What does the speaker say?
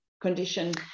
condition